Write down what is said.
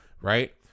right